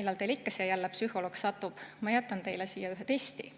Millal teile ikka siia jälle psühholoog satub? Ma jätan teile siia ühe testi.